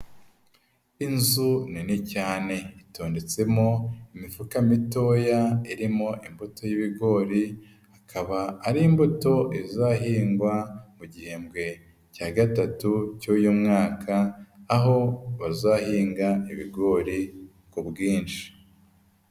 Inzu nini cyane itondetsemo imifuka mitoya irimo imbuto y'ibigori, akaba ari imbuto izahingwa mu gihembwe cya gatatu cy'uyu mwaka aho bazahinga ibigori ku bwinshi.